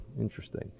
interesting